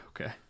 Okay